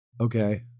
Okay